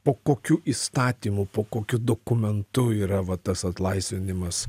po kokiu įstatymu po kokiu dokumentu yra va tas atlaisvinimas